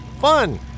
Fun